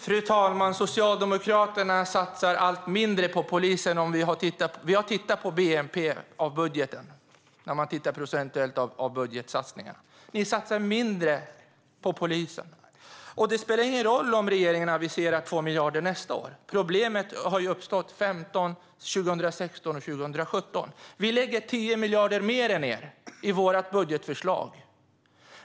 Fru talman! Socialdemokraterna satsar allt mindre på polisen procentuellt av bnp. Det spelar ingen roll om regeringen anslår 2 miljarder mer nästa år. Problemet har ju uppstått under 2015-2017. Vi lägger 10 miljarder mer än ni i vårt budgetförslag.